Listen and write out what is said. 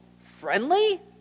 friendly